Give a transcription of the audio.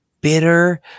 bitter